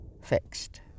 fixed